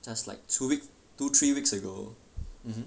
just like two weeks two three weeks ago mmhmm